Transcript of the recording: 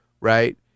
right